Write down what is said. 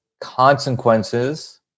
consequences